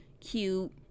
cute